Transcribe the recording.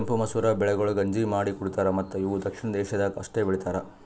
ಕೆಂಪು ಮಸೂರ ಬೆಳೆಗೊಳ್ ಗಂಜಿ ಮಾಡಿ ಕುಡಿತಾರ್ ಮತ್ತ ಇವು ದಕ್ಷಿಣ ಏಷ್ಯಾದಾಗ್ ಅಷ್ಟೆ ಬೆಳಿತಾರ್